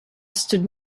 stood